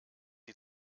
sie